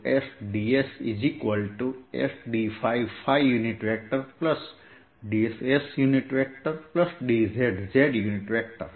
આ સીલીન્ડ્રીકલ કોર્ડીનેટસમાં line element છે